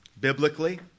biblically